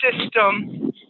system